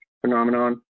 phenomenon